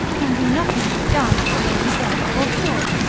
can do nothing but dance till they be dead, or cured.